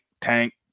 tank